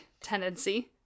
tendency